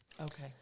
Okay